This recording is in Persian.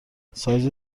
سایز